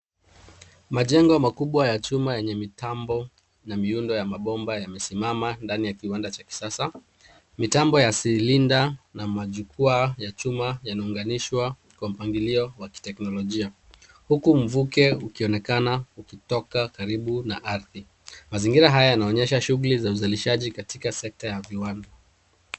Majengo makubwa ya chuma yenye mitambo na miundo ya mabomba yamesimama ndani ya kiwanda cha kisasa. Mitambo ya silinda na majukwaa ya chuma yanaunganishwa kwa mpangilio wa kiteknolojia huku mvuke ukionekana ukitoka karibu na ardhi. Mazingira haya yanaonyesha shughuli za uzalishaji katika sekta ya viwanda.